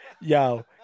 Yo